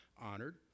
honored